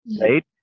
right